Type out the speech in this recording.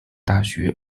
大学